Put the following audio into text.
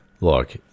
Look